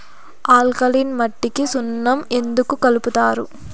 alkaline మట్టికి సున్నం ఎందుకు కలుపుతారు